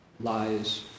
lies